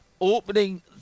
opening